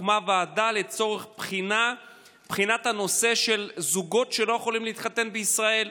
הוקמה ועדה לצורך בחינת הנושא של זוגות שלא יכולים להתחתן בישראל.